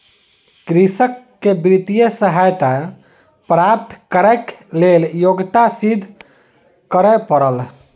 कृषक के वित्तीय सहायता प्राप्त करैक लेल योग्यता सिद्ध करअ पड़ल